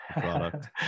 product